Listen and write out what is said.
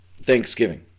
Thanksgiving